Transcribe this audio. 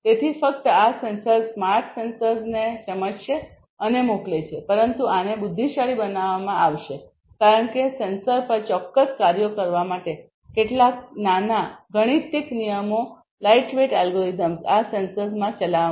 તેથી ફક્ત આ સેન્સર્સ સ્માર્ટ સેન્સર્સને સમજશે અને મોકલે છે પરંતુ આને બુદ્ધિશાળી બનાવવામાં આવશે કારણ કે સેન્સર પર ચોક્કસ કાર્યો કરવા માટે કેટલાક નાના ગાણિતીક નિયમો લાઇટવેઇટ એલ્ગોરિધમ્સ આ સેન્સર્સમાં ચલાવવામાં આવશે